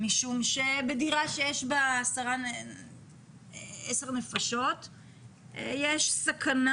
משום שבדירה שיש בה 10 נפשות יש סכנה